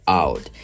out